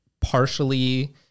partially